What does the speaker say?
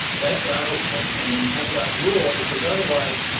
that's what i would focus on when you talk about rule because, otherwise,